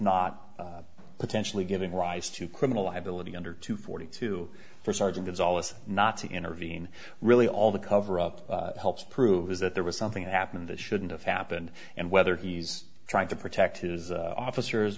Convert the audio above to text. not potentially giving rise to criminal liability under two forty two for sergeant gibbs aulus not to intervene really all the coverup helps prove is that there was something that happened that shouldn't have happened and whether he's trying to protect his officers